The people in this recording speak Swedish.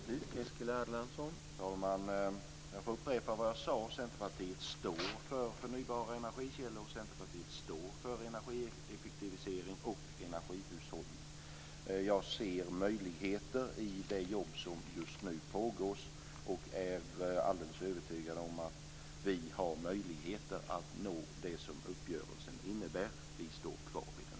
Herr talman! Jag får upprepa vad jag tidigare sagt: Centerpartiet står för förnybara energikällor och för energieffektivisering och energihushållning. Jag ser möjligheter i det jobb som just nu pågår och är alldeles övertygad om att vi har möjligheter att uppnå det som uppgörelsen innebär. Vi står alltså fast vid densamma.